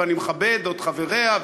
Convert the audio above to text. אני מכבד את חבריה,